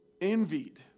envied